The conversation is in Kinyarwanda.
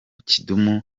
kidum